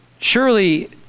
Surely